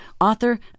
author